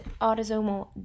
autosomal